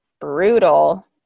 brutal